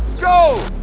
go